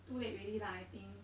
too late already lah I think